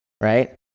right